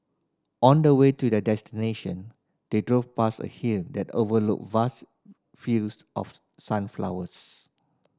on the way to their destination they drove past a hill that overlooked vast fields of sunflowers